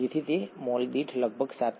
તેથી તે મોલ દીઠ લગભગ ૭